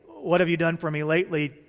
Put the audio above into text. what-have-you-done-for-me-lately